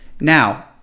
Now